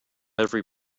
every